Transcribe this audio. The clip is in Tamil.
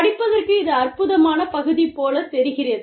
படிப்பதற்கு இது ஒரு அற்புதமான பகுதி போல் தெரிகிறது